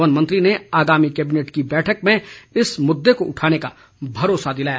one मंत्री ने आगामी कैबिनेट की बैठक में इस मुद्दे को उठाने का भरोसा दिलाया